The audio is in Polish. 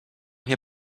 mnie